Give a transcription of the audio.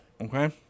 Okay